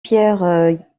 pierre